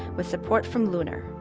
with support from lunar.